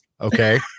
Okay